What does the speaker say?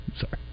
sorry